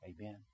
Amen